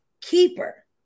keeper